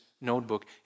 notebook